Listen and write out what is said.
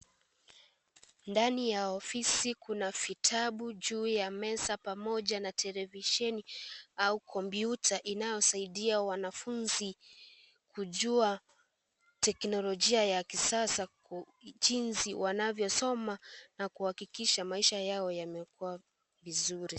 Ndani ya ofisi kuna vitabu juu ya meza pamoja na televisheni au kompyuta inayosaidia wanafunzi kujua teknolojia ya kisasa jinsi wanavyosoma na kuhakikisha maisha yao yamekuwa vizuri.